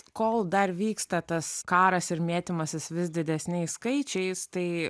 kol dar vyksta tas karas ir mėtymasis vis didesniais skaičiais tai